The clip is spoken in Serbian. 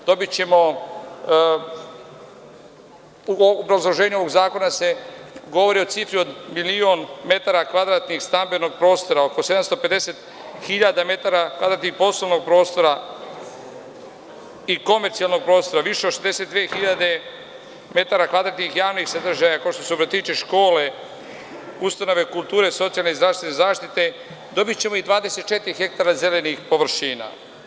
U obrazloženju ovog zakona se govori o cifri od milion metara kvadratnih stambenog prostora, oko 750.000 metara kvadratnog poslovnog prostora i komercijalnog prostora, više od 62.000 metara kvadratnih javnih sadržaja, kao što su vrtići, škole, ustanove kulture, socijalne i zdravstvene zaštite, dobićemo i 24 hektara zelenih površina.